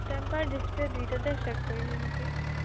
temper display দুইটাতে check কৰিছে নেকি